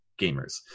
gamers